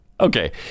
Okay